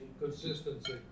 Consistency